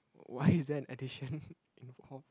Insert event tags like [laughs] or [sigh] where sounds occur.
why is there an addition [laughs] involved